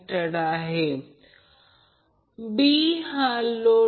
वास्तविक हा एक Ia 6